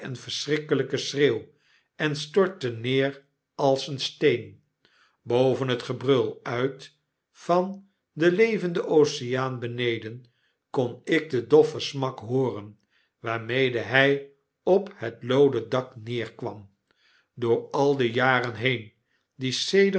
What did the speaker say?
vreeselyken schreeuw en stortte neer als een steen boven het gebrul uit van den levenden oceaan beneden kon ik den doffen smak hooren waarmee hij op het looden dak neerkwam door al de jaren heen